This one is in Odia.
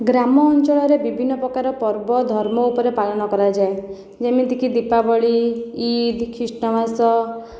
ଗ୍ରାମ ଅଞ୍ଚଳରେ ବିଭିନ୍ନ ପ୍ରକାର ପର୍ବ ଧର୍ମ ଉପରେ ପାଳନ କରାଯାଏ ଯେମିତିକି ଦୀପାବଳି ଇଦ୍ ଖ୍ରୀଷ୍ଟମାସ